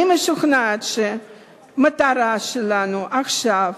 אני משוכנעת שהמטרה שלנו עכשיו,